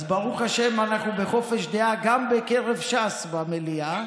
אז ברוך השם אנחנו בחופש דעה גם בקרב ש"ס במליאה.